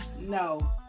no